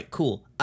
Cool